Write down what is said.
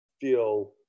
feel